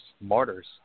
martyrs